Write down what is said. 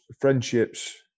friendships